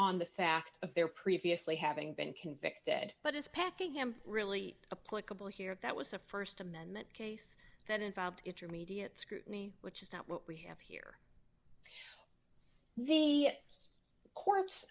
on the fact of their previously having been convicted but is packing them really a political here that was a st amendment case that involved intermediate scrutiny which is not what we have here the court